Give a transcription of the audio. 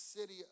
city